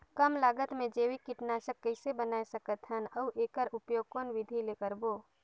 कम लागत मे जैविक कीटनाशक कइसे बनाय सकत हन अउ एकर उपयोग कौन विधि ले करबो?